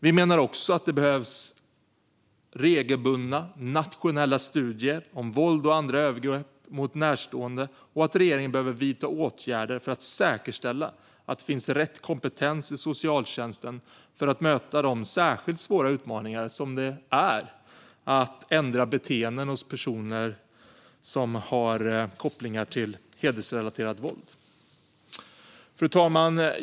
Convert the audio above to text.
Vi menar också att det behövs regelbundna nationella studier om våld och andra övergrepp mot närstående och att regeringen behöver vidta åtgärder för att säkerställa att det finns rätt kompetens i socialtjänsten för att möta de särskilt svåra utmaningar som det innebär att ändra beteenden kopplade till hedersrelaterat våld. Fru talman!